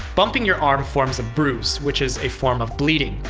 bumping your arm forms a bruise, which is a form of bleeding.